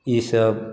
ईसभ